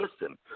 Listen